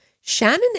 Shannon